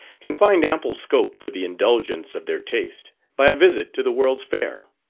can find ample scope for the indulgence of their taste, by a visit to the world's fair.